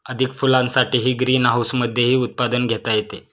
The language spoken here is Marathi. अधिक फुलांसाठी ग्रीनहाऊसमधेही उत्पादन घेता येते